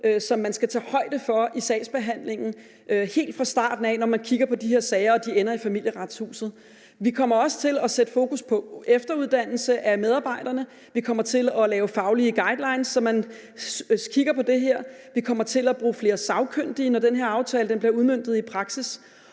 som man skal tage højde for i sagsbehandlingen helt fra starten af, når man kigger på de her sager og de ender i Familieretshuset. Vi kommer også til at sætte fokus på efteruddannelse af medarbejderne. Vi kommer til at lave faglige guidelines, så man kigger på det her. Vi kommer til at bruge flere sagkyndige, når den her aftale bliver udmøntet i praksis.